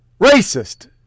Racist